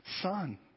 son